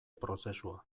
prozesua